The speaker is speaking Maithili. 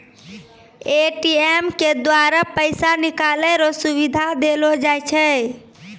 ए.टी.एम के द्वारा पैसा निकालै रो सुविधा देलो जाय छै